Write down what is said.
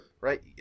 Right